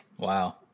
Wow